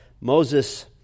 Moses